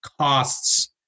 costs